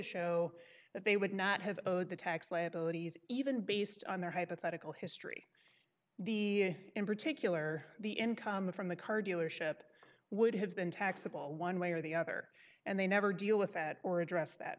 show that they would not have the tax liabilities even based on their hypothetical history the in particular the income from the car dealership would have been taxable one way or the other and they never deal with that or address that